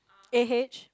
a_h